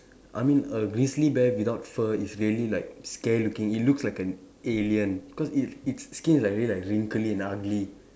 I mean a grizzly bear without fur is really like scary looking it looks like an alien cause it it's skin is like really like wrinkly and ugly